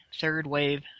third-wave